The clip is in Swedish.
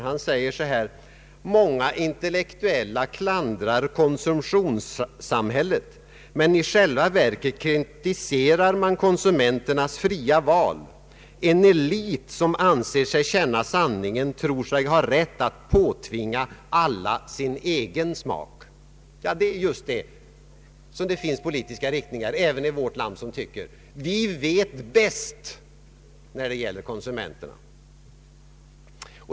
Han säger: ”Många intellektuella klandrar konsumtionssamhället, men i själva verket kritiserar man konsumenternas fria val. En elit som anser sig känna sanningen tror sig ha rätt att påtvinga alla sin egen smak.” Ja, just det. Det finns politiska riktningar även i vårt land som tycker att de vet bäst, när det gäller konsumenterna.